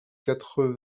quatre